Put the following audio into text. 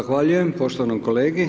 Zahvaljujem poštovanom kolegi.